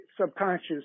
subconscious